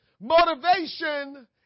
Motivation